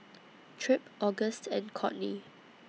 Tripp Auguste and Codey